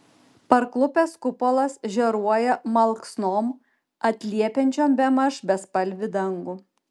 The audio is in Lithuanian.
parklupęs kupolas žėruoja malksnom atliepiančiom bemaž bespalvį dangų